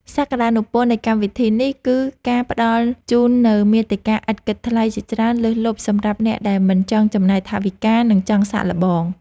សក្ដានុពលនៃកម្មវិធីនេះគឺការផ្តល់ជូននូវមាតិកាឥតគិតថ្លៃជាច្រើនលើសលប់សម្រាប់អ្នកដែលមិនចង់ចំណាយថវិកា និង ចង់សាកល្បង។